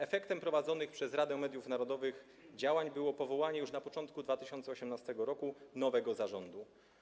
Efektem prowadzonych przez Radę Mediów Narodowych działań było powołanie już na początku 2018 r. nowego zarządu.